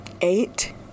eight